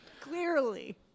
Clearly